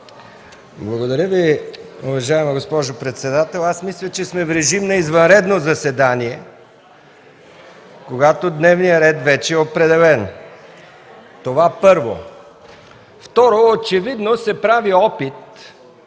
Благодаря Ви. Уважаема госпожо председател, аз мисля, че сме в режим на извънредно заседание, когато дневният ред вече е определен. Това – първо. Второ, очевидно се прави опит